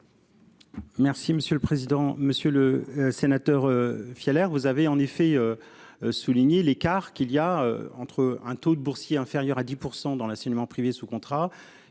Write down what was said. Merci monsieur le président, Monsieur le Sénateur. Fier, vous avez en effet. Souligné l'écart qu'il y a entre un taux de boursiers inférieur à 10% dans la saignements privé sous contrat